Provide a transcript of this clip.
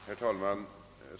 Herr talman!